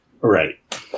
Right